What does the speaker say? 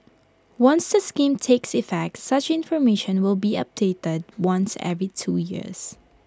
once the scheme takes effect such information will be updated once every two years